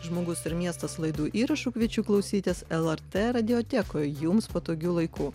žmogus ir miestas laidų įrašų kviečiu klausytis lrt radiotekoje jums patogiu laiku